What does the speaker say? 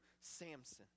Samson